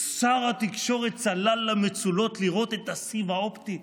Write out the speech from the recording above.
שר התקשורת צלל למצולות לראות את הסיב האופטי,